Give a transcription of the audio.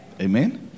Amen